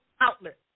outlet